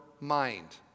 mind